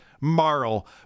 Marl